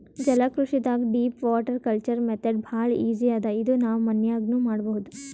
ಜಲಕೃಷಿದಾಗ್ deep water culture method ಭಾಳ್ easy ಅದಾ ಇದು ನಾವ್ ಮನ್ಯಾಗ್ನೂ ಮಾಡಬಹುದ್